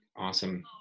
Awesome